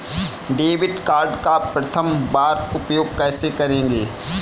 Debit card का प्रथम बार उपयोग कैसे करेंगे?